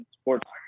sports